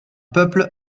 peuple